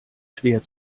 schwer